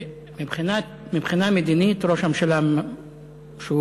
מבחינה מדינית, ראש הממשלה שהוא